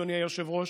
אדוני היושב-ראש,